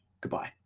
goodbye